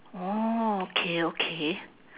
orh okay okay